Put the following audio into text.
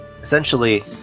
Essentially